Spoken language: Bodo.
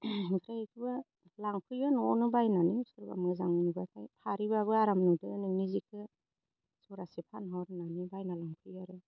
ओमफ्राय इखोबो लांफैयो न'आवनो बायनानै सोरबा मोजां नुब्लाथाय फारिब्लाबो आराम नुदो नोंनि जिखो जरासे फानहर होननानै बायनानै लांफैयो आरो